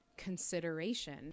Consideration